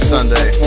Sunday